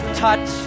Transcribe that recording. touch